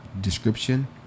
description